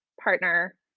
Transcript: partner